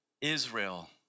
Israel